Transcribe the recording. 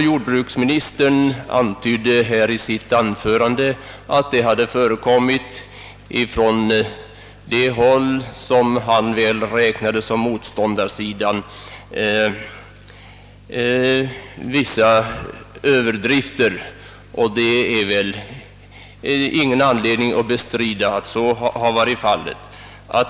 Jordbruksministern antydde i sitt anförande att det på det håll, som han väl räknar som motståndarsidan, förekommit vissa överdrifter, och det finns ingen anledning att bestrida detta.